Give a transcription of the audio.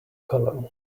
column